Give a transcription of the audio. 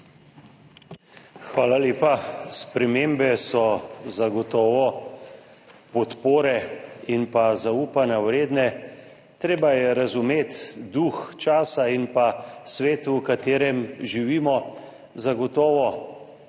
Hvala lepa. Spremembe so zagotovo podpore in zaupanja vredne. Treba je razumeti duh časa in svet, v katerem živimo. Zagotovo v